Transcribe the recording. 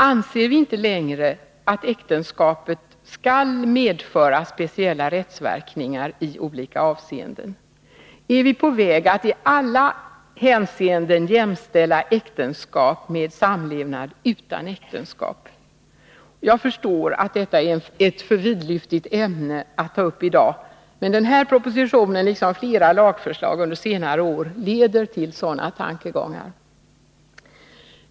Anser vi inte längre att äktenskapet skall medföra speciella rättsverkningar i olika avseenden? Är vi på väg att i alla hänseenden jämställa äktenskap med samlevnad utan äktenskap? Jag förstår att detta är ett för vidlyftigt ämne att ta upp i dag, men den här propositionen, liksom flera lagförslag under senare år, leder till sådana tankegångar.